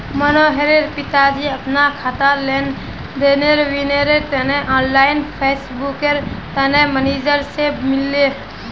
मनोहरेर पिताजी अपना खातार लेन देनेर विवरनेर तने ऑनलाइन पस्स्बूकर तने मेनेजर से मिलले